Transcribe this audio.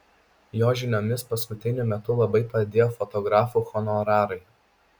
jo žiniomis paskutiniu metu labai padidėjo fotografų honorarai